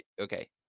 Okay